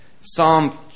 Psalm